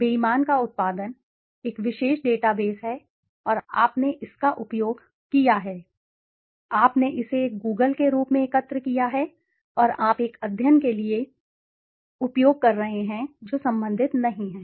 बेईमान का उत्पादन एक विशेष डेटाबेस है और आपने इसका उपयोग किया है आपने इसे एक Google के रूप में एकत्र किया है और आप इसे एक अध्ययन के लिए उपयोग कर रहे हैं जो संबंधित नहीं है